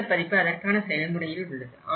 ஆங்கில பதிப்பு அதற்கான செயல்முறையில் உள்ளது